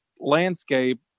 landscape